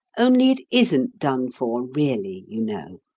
only it isn't done for, really, you know.